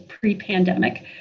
pre-pandemic